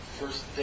first